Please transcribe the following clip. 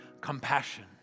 compassion